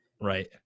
Right